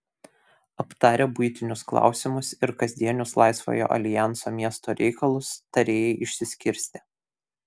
aptarę buitinius klausimus ir kasdienius laisvojo aljanso miesto reikalus tarėjai išsiskirstė